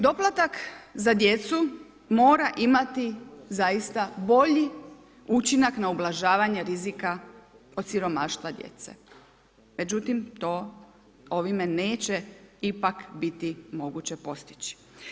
Doplatak za djecu mora imati zaista bolji učinak na ublažavanje rizika od siromaštva djece, međutim to ovime neće ipak biti moguće postići.